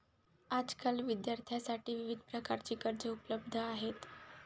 आजकाल विद्यार्थ्यांसाठी विविध प्रकारची कर्जे उपलब्ध आहेत